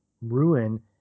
ruin